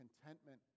contentment